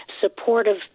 supportive